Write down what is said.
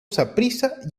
saprissa